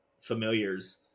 familiars